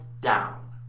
down